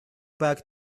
back